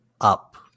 up